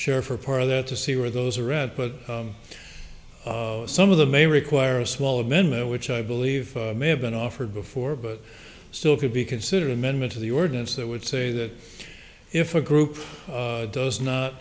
share for part of that to see where those are read but some of them may require a small amendment which i believe may have been offered before but it still could be considered amendment to the ordinance that would say that if a group does not